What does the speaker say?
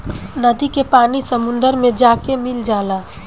नदी के पानी समुंदर मे जाके मिल जाला